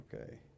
Okay